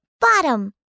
bottom